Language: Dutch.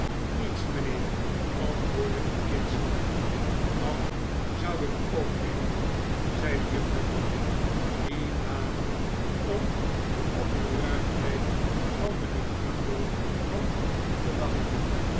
niets mijnheer antwoordde het kind zwak dat zou ik ook denken zeide juffrouw j mann die danig om de opgeruimdheid van mijnheer bumble had moeten lachen